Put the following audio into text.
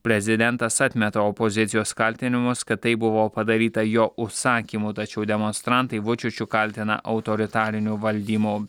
prezidentas atmeta opozicijos kaltinimus kad tai buvo padaryta jo užsakymu tačiau demonstrantai vučičių kaltina autoritariniu valdymu